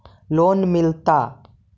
Loan मिलता?